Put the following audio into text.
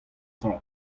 tra